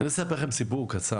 אני רוצה לספר לכם סיפור קצר,